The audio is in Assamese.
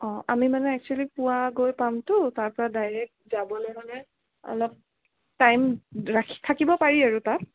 অ' আমি মানে এক্সোৱেলি পুৱা গৈ পামতো তাৰপৰা ডাইৰেক্ট যাবলৈ হ'লে অলপ টাইম ৰাখ থাকিব পাৰি আৰু তাত